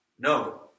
No